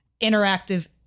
interactive